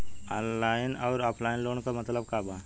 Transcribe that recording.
Online अउर offline loan क मतलब का बा?